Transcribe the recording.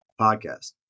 podcast